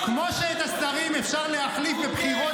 כמו שאת השרים אפשר להחליף בבחירות